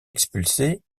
expulsé